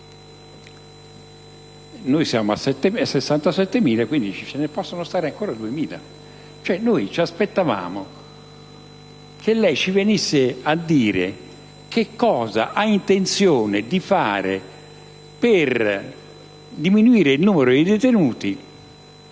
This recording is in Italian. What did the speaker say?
siamo a 67.000, ce ne possono stare ancora 2.000. Noi ci aspettavamo che lei ci venisse a dire che cosa ha intenzione di fare per diminuire il numero dei detenuti